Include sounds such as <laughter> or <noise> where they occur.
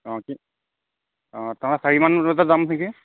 <unintelligible> চাৰি মান বজাতে যাম নেকি